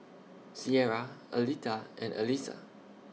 Cierra Aletha and Alisa